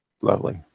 Lovely